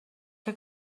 que